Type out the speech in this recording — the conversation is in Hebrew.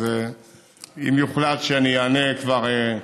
אז אם יוחלט שאני אענה כבר,